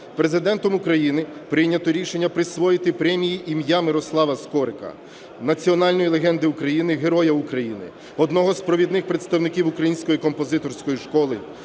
Президентом України прийнято рішення присвоїти премії ім'я Мирослава Скорика – національної легенди України, Героя України, одного з провідних представників української композиторської школи,